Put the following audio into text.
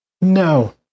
No